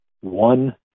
one